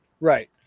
Right